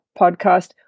podcast